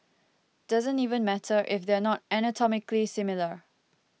doesn't even matter if they're not anatomically similar